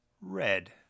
red